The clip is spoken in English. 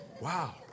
wow